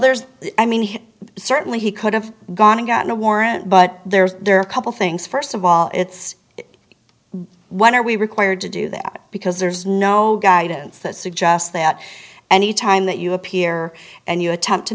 there's i mean he certainly he could have gone and gotten a warrant but there's a couple things first of all it's when are we required to do that because there's no guidance that suggests that any time that you appear and you attempt to